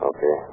Okay